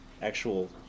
actual